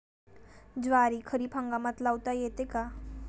ज्वारी खरीप हंगामात लावता येते का?